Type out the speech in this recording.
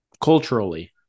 Culturally